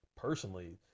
personally